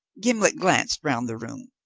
gimblet glanced round the room.